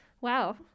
Wow